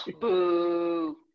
Boo